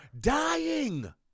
dying